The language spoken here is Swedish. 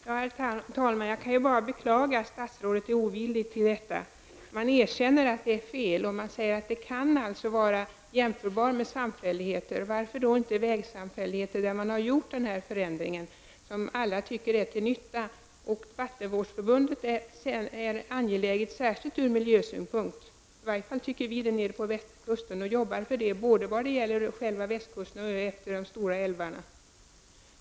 Herr talman! Jag kan bara beklaga att statsrådet är ovillig till detta. Statsrådet erkänner att det är fel och säger att vattenvårdsförbund skulle kunna vara jämförbara med samfälligheter -- varför då inte vägsamfälligheter, där man har företagit den här förändringen, som alla tycker är till nytta? Vattenvårdsförbund är angelägna, särskilt från miljösynpunkt; i varje fall tycker vi det på västkusten, och vi arbetar för sådana både längs själva kusten och utefter de stora älvarna.